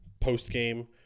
post-game